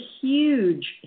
huge